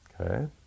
Okay